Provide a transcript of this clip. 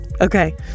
Okay